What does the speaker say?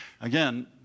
Again